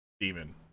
demon